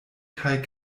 kaj